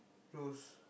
close